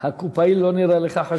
הקופאי לא נראה לך חשוד?